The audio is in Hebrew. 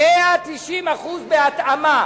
190% בהתאמה.